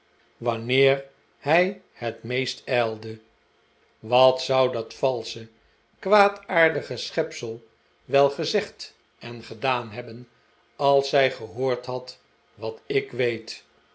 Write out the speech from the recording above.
nachtwanneer hij het meest ijlde wat zou dat valsche kwaadaardige schepsel wel gezegd en gedaan hebben als zij gehoord had wat ik weet